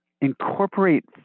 incorporate